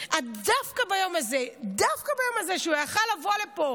דווקא ביום הזה שבו הוא יכול לבוא לפה